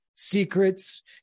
secrets